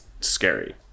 scary